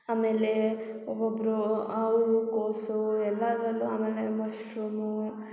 ಆಮೇಲೆ ಒಬೊಬ್ಬರು ಹೂಕೋಸು ಎಲ್ಲಾದರಲ್ಲೂ ಆಮೇಲೆ ಮಶ್ರೂಮು